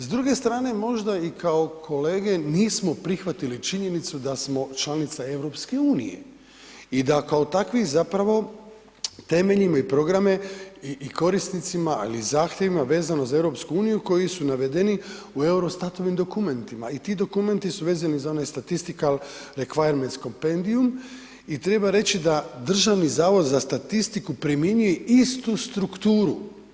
S druge strane možda i kao kolege nismo prihvatili činjenicu da smo članica Europske unije, i da kao takvi zapravo temeljimo i programe i korisnicima, ali i zahtjevima vezano za EU koji su navedeni u Eurostat-ovim dokumentima i ti dokumenti su vezani za onaj Statistical Requirements Compendium i treba reći da Državni zavod za statistiku primjenjuje istu strukturu.